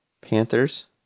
Panthers